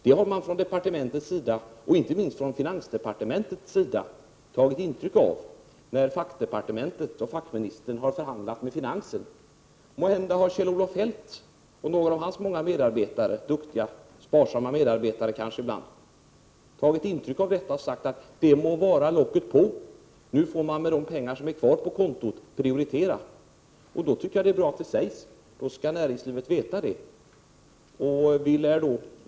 Det har arbetsmarknadsdepartementet och inte minst finansdepartementet tagit intryck av, och det har inverkat när fackdepartementet och fackministern har förhandlat med finansen. Måhända har Kjell-Olof Feldt och några av hans många duktiga och ibland sparsamma medarbetare sagt: Det må vara locket på! Nu får man med de pengar som är kvar på kontot ägna sig åt att prioritera. I så fall tycker jag att det är bra att det sägs, för då skall näringslivet veta det.